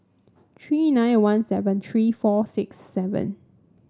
three nine one seven three four six seven